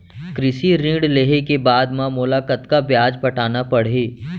कृषि ऋण लेहे के बाद म मोला कतना ब्याज पटाना पड़ही?